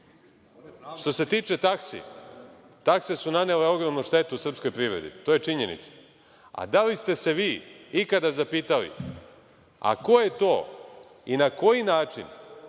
se tiče taksi, takse su nanele ogromnu štetu srpskoj privredi. To je činjenica. Da li ste se vi ikada zapitali – a ko je to i na koji način